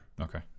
okay